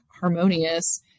harmonious